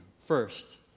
First